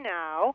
now